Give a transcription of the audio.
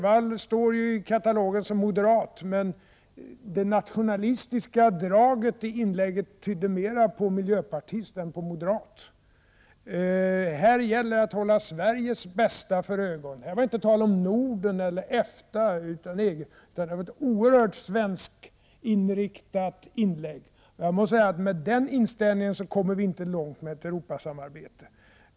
Han står i katalogen som moderat, men det nationalistiska draget i inlägget tydde mera på miljöpartist än på moderat. Här gäller att hålla Sveriges bästa för ögonen. Här var det inte tal om Norden eller EFTA, utan det var ett oerhört svenskinriktat inlägg. Med den inställningen kommer vi inte långt i Europasamarbetet.